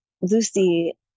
Lucy